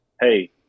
hey